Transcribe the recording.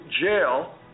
jail